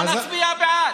בוא נצביע בעד.